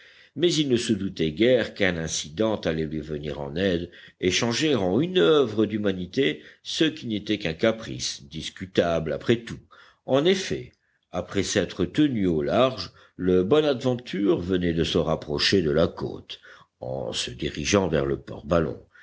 mais il ne se doutait guère qu'un incident allait lui venir en aide et changer en une oeuvre d'humanité ce qui n'était qu'un caprice discutable après tout en effet après s'être tenu au large le bonadventure venait de se rapprocher de la côte en se dirigeant vers le port ballon